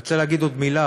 אני רוצה להגיד עוד מילה.